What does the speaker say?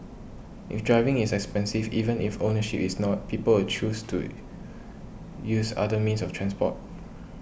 if driving is expensive even if ownership is not people will choose to use other means of transport